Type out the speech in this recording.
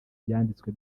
ibyanditswe